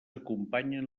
acompanyen